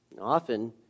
Often